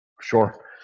sure